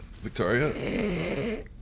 Victoria